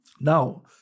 Now